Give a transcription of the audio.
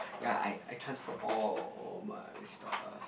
ya I I transfer all my stuff